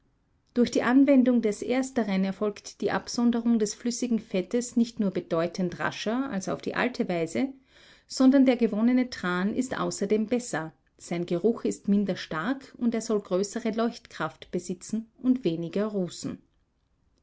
durch die anwendung des ersteren erfolgt die absonderung des flüssigen fettes nicht nur bedeutend rascher als auf die alte weise sondern der gewonnene tran ist außerdem besser sein geruch ist minder stark und er soll größere leuchtkraft besitzen und weniger